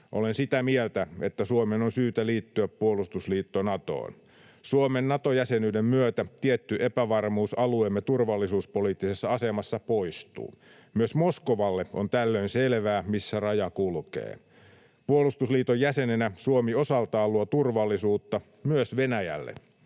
Olen sitä mieltä, että Suomen on syytä liittyä puolustusliitto Natoon. Suomen Nato-jäsenyyden myötä tietty epävarmuus alueemme turvallisuuspoliittisessa asemassa poistuu. Myös Moskovalle on tällöin selvää, missä raja kulkee. Puolustusliiton jäsenenä Suomi osaltaan luo turvallisuutta myös Venäjälle.